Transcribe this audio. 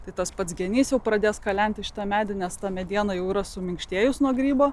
tai tas pats genys jau pradės kalenti šitą medį nes tą medieną jau yra suminkštėjus nuo grybo